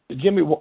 Jimmy